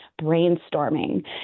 brainstorming